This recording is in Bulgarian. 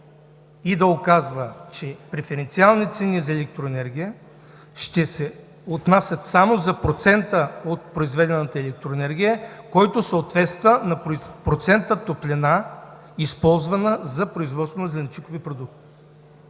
и да указва, че преференциалните цени за електроенергия ще се отнасят само за процента от произведената електроенергия, който съответства на процента топлина, използвана за производството на зеленчукови продукти.